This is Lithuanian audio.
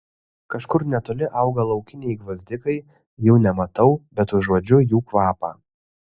kažkur netoli auga laukiniai gvazdikai jų nematau bet užuodžiu jų kvapą